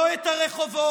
לא את הרחובות,